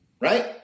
Right